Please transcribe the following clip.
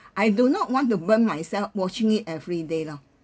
I do not want to burn myself watching it every day lor